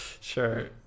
sure